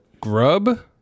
Grub